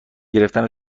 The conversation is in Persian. گرفتن